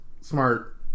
smart